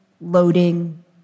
loading